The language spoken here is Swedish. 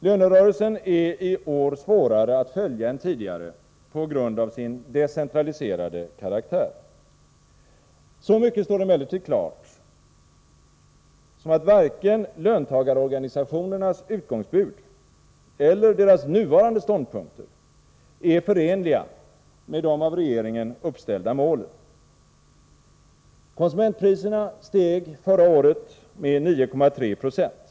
Lönerörelsen är i år svårare att följa än tidigare på grund av sin decentraliserade karaktär. Så mycket står emellertid klart som att varken löntagarorganisationernas utgångsbud eller deras nuvarande ståndpunkter är förenliga med de av regeringen uppställda målen. Konsumentpriserna steg förra året med 9,3 70.